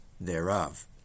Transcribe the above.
thereof